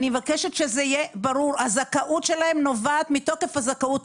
אני מבקשת שזה יהיה ברור: הזכאות שלהם נובעת מתוקף הזכאות.